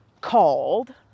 called